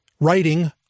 writing